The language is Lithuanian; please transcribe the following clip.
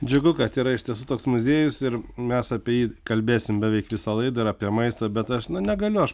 džiugu kad yra iš tiesų toks muziejus ir mes apie jį kalbėsim beveik visą laidą ir apie maistą bet aš nu negaliu aš